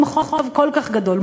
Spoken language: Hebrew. עם חוב כל כך גדול,